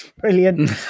Brilliant